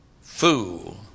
fool